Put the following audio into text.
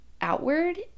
outward